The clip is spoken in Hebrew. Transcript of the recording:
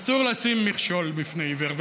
אסור לשים מכשול בפני עיוור.